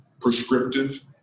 prescriptive